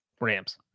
Rams